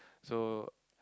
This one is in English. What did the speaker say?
so